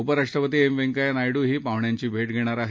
उपराष्ट्रपती एम व्यंकय्या नायडूही पाहण्यांची भेट घेणार आहेत